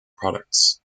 products